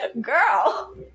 Girl